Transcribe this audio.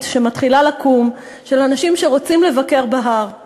שמתחילה לקום של אנשים שרוצים לבקר בהר,